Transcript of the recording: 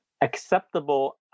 acceptable